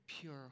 pure